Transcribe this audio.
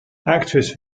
actress